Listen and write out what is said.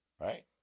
Right